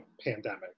pandemic